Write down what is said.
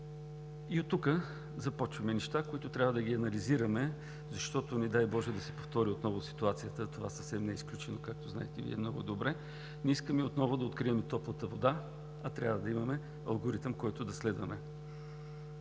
Оттук започваме неща, които трябва да анализираме, защото не дай боже да се повтори отново ситуацията, а това съвсем не е изключено, както и Вие много добре знаете, не искаме отново да открием топлата вода, а трябва да имаме алгоритъм, който да следваме.